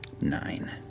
Nine